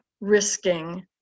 risking